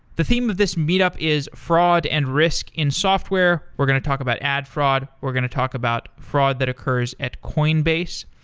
the theme of this meet up is fraud and risk in software. we're going to talk about ad fraud, we're going to talk about fraud that occurs at coinbase,